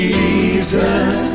Jesus